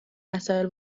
وسایل